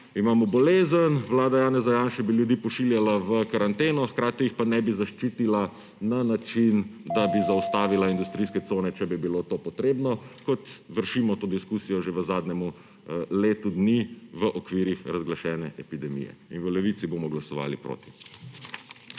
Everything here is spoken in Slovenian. imamo bolezen, vlada Janeza Janše bi ljudi pošiljala v karanteno, hkrati jih pa ne bi zaščitila na način, da bi zaustavila industrijske cone, če bi bilo to potrebno, kot vršimo to diskusijo že v zadnjem letu dni v okvirih razglašene epidemije. In v Levici bomo glasovali proti.